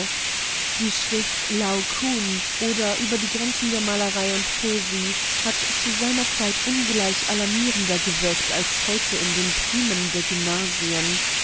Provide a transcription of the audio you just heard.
die schrift laokoon oder über die grenzen der malerei und poesie hat zu seiner zeit alarmierender gewirkt als heute in den primen der gymnasien